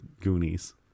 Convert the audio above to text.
Goonies